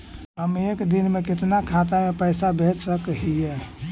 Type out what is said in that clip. हम एक दिन में कितना खाता में पैसा भेज सक हिय?